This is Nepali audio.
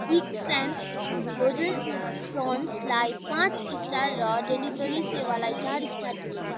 बिग स्याम्स फ्रोजन प्रोन्सलाई पाँच स्टार र डेलिभरी सेवालाई चार स्टार दिनुहोस्